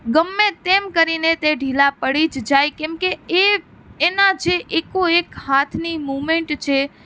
ગમે તેમ કરીને તે ઢીલા પડી જ જાય કેમકે એ એના જે એકોએક હાથની મૂમેન્ટ છે